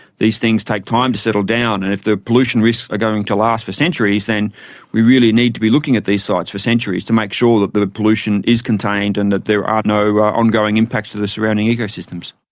these things take time to settle down and if the pollution risks are going to last for centuries then we really need to be looking at these sites for centuries to make sure that the pollution is contained and that there are no ongoing impacts to the surrounding ecosystemsian